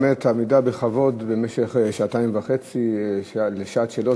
באמת עמידה בכבוד במשך שעתיים וחצי לשעת שאלות,